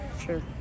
sure